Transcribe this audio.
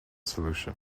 solution